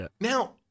now